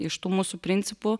iš tų mūsų principų